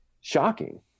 shocking